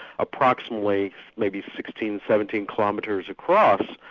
approximately maybe sixteen, seventeen kilometres across,